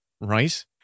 right